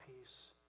peace